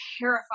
terrified